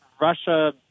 Russia